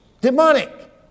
Demonic